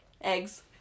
Eggs